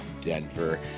Denver